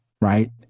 right